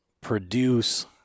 produce